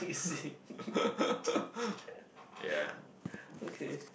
yeah